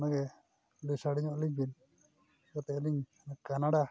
ᱚᱱᱟᱜᱮ ᱞᱟᱹᱭ ᱥᱟᱰᱮ ᱧᱚᱜ ᱟᱹᱞᱤᱧ ᱵᱤᱱ ᱡᱟᱛᱮ ᱟᱹᱞᱤᱧ ᱠᱟᱱᱟᱰᱟ